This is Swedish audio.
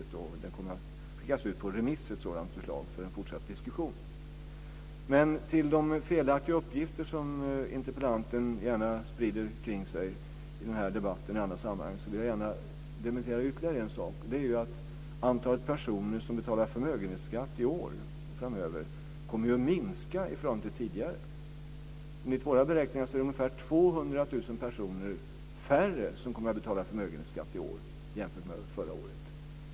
Ett sådant förslag kommer att skickas ut på remiss för en fortsatt diskussion. Bland de felaktiga uppgifter som interpellanten gärna sprider omkring sig i den här debatten och i andra sammanhang vill jag dementera ytterligare ett påstående. Antalet personer som betalar förmögenhetsskatt i år och framöver kommer att minska i förhållande till tidigare. Enligt våra beräkningar kommer ungefär 200 000 personer färre än förra året att betala förmögenhetsskatt i år.